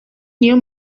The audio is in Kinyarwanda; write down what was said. niyo